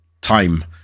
time